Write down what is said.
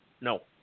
No